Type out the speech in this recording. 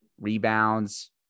rebounds